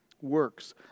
works